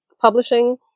publishing